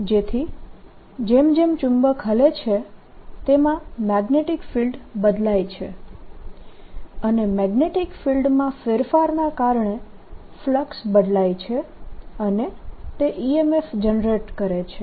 તેથી જેમ જેમ ચુંબક હલે છે તેમાં મેગ્નેટીક ફિલ્ડ બદલાય છે અને મેગ્નેટીક ફિલ્ડમાં ફેરફારના કારણે ફલક્સ બદલાય છે અને તે EMF જનરેટ કરે છે